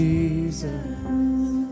Jesus